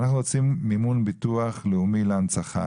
אנחנו רוצים מימון ביטוח לאומי להנצחה.